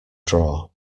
drawer